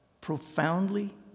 profoundly